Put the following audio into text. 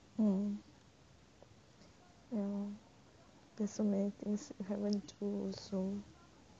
um like ya there's so many things haven't do also